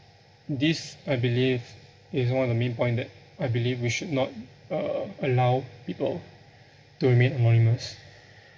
I believe is one of the main point that I believe we should not uh allow people to remain anonymous